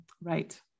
Right